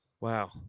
Wow